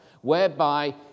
whereby